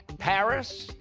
paris,